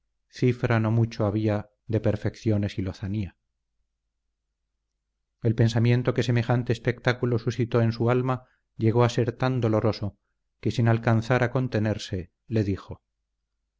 cifra no mucho había de perfecciones y lozanía el pensamiento que semejante espectáculo suscitó en su alma llegó a ser tan doloroso que sin alcanzar a contenerse le dijo